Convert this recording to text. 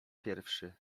pierwszy